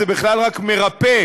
זה בכלל רק מרפא.